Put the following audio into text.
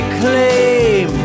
claim